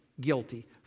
guilty